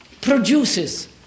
produces